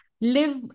live